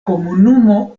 komunumo